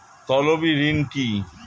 তলবি ঋন কি?